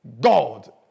God